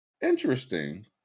Interesting